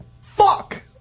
fuck